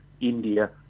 India